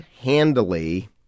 handily